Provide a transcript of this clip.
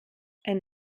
ein